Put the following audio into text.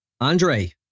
Andre